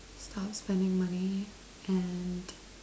stop spending money and